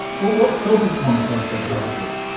what sort of comment on technology?